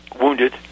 wounded